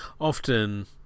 often